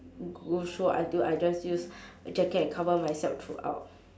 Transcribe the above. ghost show until I just use jacket and cover myself throughout